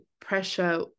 pressure